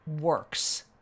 works